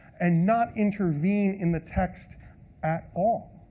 and not intervene in the text at all,